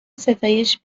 ستایش